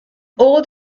all